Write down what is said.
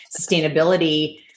sustainability